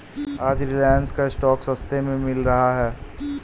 आज रिलायंस का स्टॉक सस्ते में मिल रहा है